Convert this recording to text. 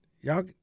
y'all